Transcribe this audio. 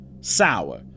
sour